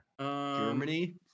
Germany